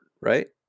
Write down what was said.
right